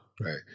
Right